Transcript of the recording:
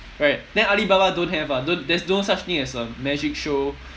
right then alibaba don't have ah don't there's no such thing as a magic show